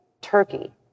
Turkey